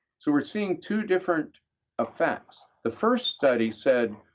so we're seeing two different effects. the first study said,